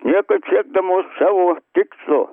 ne kad siekdamos savo tikslo